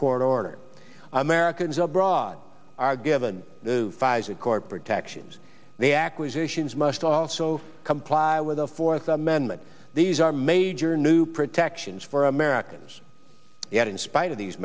court order americans abroad are given fison court protections the acquisitions must also comply with the fourth amendment these are major new protections for americans yet in spite of these